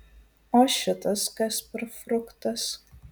o šitas kas per fruktas